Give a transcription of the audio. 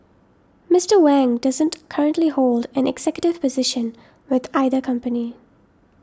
Mister Wang doesn't currently hold an executive position with either company